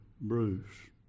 Bruce